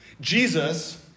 Jesus